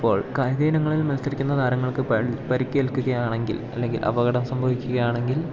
അപ്പോൾ കായിക ഇനങ്ങളിൽ മത്സരിക്കുന്ന താരങ്ങൾക്കു പരിക്കേൽക്കുകയാണെങ്കിൽ അല്ലെങ്കിൽ അപകടം സംഭവിക്കുകയാണെങ്കിൽ